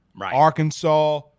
Arkansas